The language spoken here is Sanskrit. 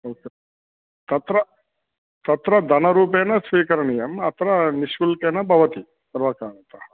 ओके तत्र तत्र धनरूपेन स्विकरणीयम् अत्र निश्शुल्केन भवति सर्वकारतः